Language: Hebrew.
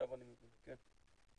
עכשיו אני מבין, כן.